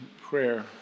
prayer